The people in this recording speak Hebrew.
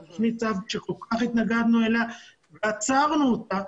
לתכנית ספדי שכל כך התנגדנו לה ועצרנו אותה,